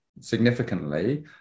significantly